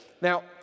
Now